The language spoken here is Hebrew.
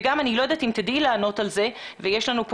אני לא יודעת אם תדעי לענות על כך ונמצאים כאן